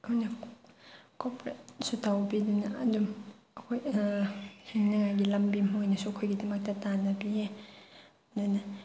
ꯃꯈꯣꯏꯅ ꯀꯣꯑꯣꯄꯔꯦꯠꯁꯨ ꯇꯧꯕꯤꯗꯅ ꯑꯗꯨꯝ ꯑꯩꯈꯣꯏ ꯍꯤꯡꯅꯉꯥꯏꯒꯤ ꯂꯝꯕꯤ ꯃꯣꯏꯅꯁꯨ ꯑꯩꯈꯣꯏꯒꯤꯗꯃꯛꯇ ꯇꯥꯟꯅꯕꯤꯌꯦ ꯑꯗꯨꯅ